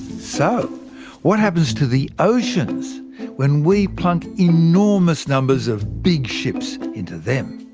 so what happens to the oceans when we plunk enormous numbers of big ships into them?